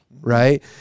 right